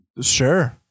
Sure